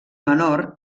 menor